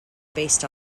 based